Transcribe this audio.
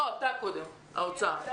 אנחנו לא בוחנים כאן את